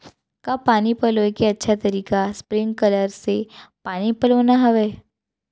का पानी पलोय के अच्छा तरीका स्प्रिंगकलर से पानी पलोना हरय?